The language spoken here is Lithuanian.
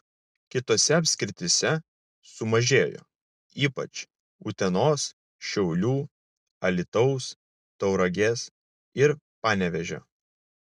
kitose apskrityse sumažėjo ypač utenos šiaulių alytaus tauragės ir panevėžio